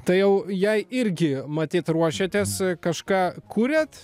tai jau jai irgi matyt ruošiatės kažką kuriat